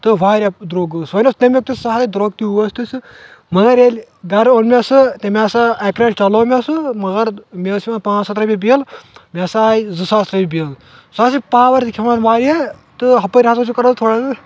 تہٕ واریاہ درٛوگ اوس وۄنۍ اوس تَمیُک تہِ سہلٕے درٛوگ تہِ اوس تہِ سُہ مگر ییٚلہِ گَرٕ اوٚن مےٚ سُہ تٔمۍ ہسا اَکہِ لَٹہِ چَلوو مےٚ سُہ مگر مےٚ ٲس یِوان پانٛژھ ہَتھ رۄپیہِ بِل مےٚ ہسا آے زٕ ساس رۄپیہِ بِل سُہ حظ چھُ پاوَر تہِ کھٮ۪وان واریاہ تہٕ ہۄپٲرۍ ہسا چھُ سُہ کَران تھوڑا